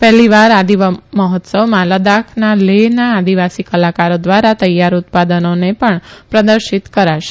પહેલીવાર આદિ મહોત્સવમા લદાખના લેહના આદિવાસી કલાકારો ધ્વારા તૈયાર ઉત્પાદનોને પણ પ્રદર્શિત કરાશે